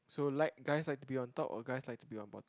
so like guys like to be on top or guys like to be on bottom